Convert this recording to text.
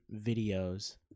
videos